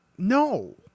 No